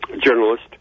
journalist